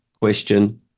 question